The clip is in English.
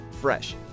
Fresh